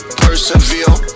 persevere